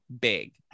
big